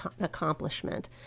accomplishment